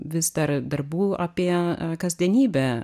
vis dar darbų apie kasdienybę